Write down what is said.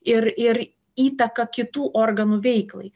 ir ir įtaką kitų organų veiklai